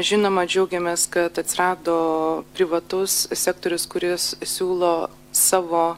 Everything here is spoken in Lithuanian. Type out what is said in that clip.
žinoma džiaugiamės kad atsirado privatus sektorius kuris siūlo savo